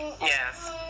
Yes